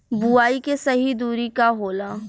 बुआई के सही दूरी का होला?